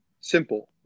simple